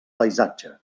paisatge